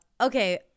okay